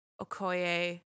Okoye